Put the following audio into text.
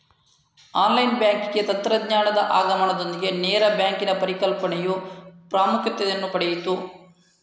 online banking ತಂತ್ರಜ್ಞಾನದ ಆಗಮನದೊಂದಿಗೆ ನೇರ ಬ್ಯಾಂಕಿನ ಪರಿಕಲ್ಪನೆಯು ಪ್ರಾಮುಖ್ಯತೆಯನ್ನು ಪಡೆಯಿತು